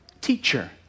Teacher